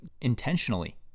intentionally